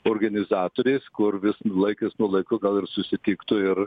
organizatoriais kur vis laikas nuo laiko gal ir susitiktų ir